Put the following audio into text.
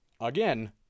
Again